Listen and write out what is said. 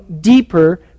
deeper